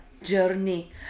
journey